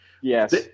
yes